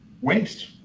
waste